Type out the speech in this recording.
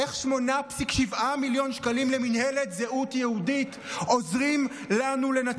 איך 8.7 מיליון שקלים למינהלת זהות יהודית עוזרים לנו לנצח?